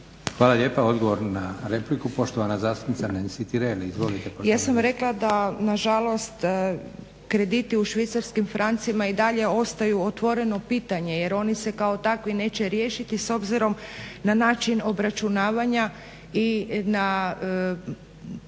**Tireli, Nansi (Hrvatski laburisti - Stranka rada)** Ja sam rekla da nažalost krediti u švicarskim francima i dalje ostaju otvoreno pitanje jer oni se kao takvi neće riješiti s obzirom na način obračunavanja i na